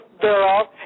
thereof